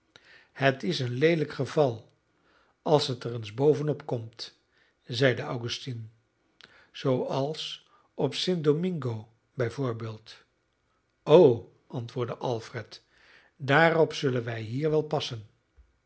het is een leelijk geval als het er eens bovenop komt zeide augustine zooals op st domingo bij voorbeeld o antwoordde alfred daarop zullen wij hier wel passen